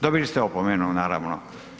Dobili ste opomenu naravno.